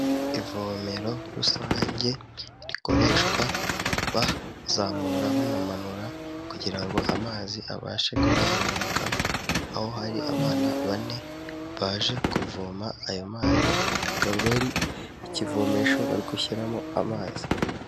Ivomero rusange rikoreshwa bazamura banamanura kugira ngo amazi abashe kuba yamanuka aho hari abana bane baje kuvoma ayo mazi hakaba hari ikivomesho bari gushyiramo amazi.